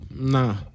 Nah